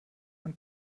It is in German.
und